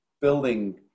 building